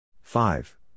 Five